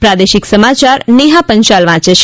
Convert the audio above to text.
પ્રાદેશિક સમાચાર નેહા પંચાલ વાંચે છે